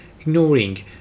ignoring